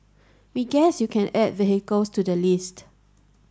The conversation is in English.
we guess you can add vehicles to the list